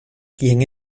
quien